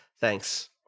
Thanks